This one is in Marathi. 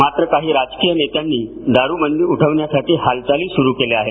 मात्र काही राजकीय नेत्यांनी दारूबंदी उठविण्यासाठी हालचाली सुरू केल्या आहेत